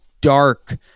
dark